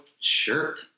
shirt